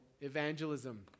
evangelism